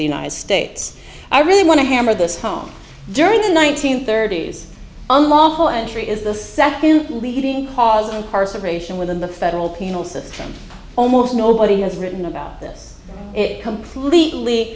the united states i really want to hammer this home during the one nine hundred thirty s unlawful entry is the second leading cause of incarceration within the federal penal system almost nobody has written about this it completely